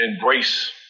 embrace